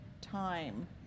time